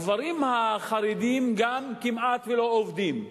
הגברים החרדים גם כמעט שלא עובדים.